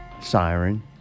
siren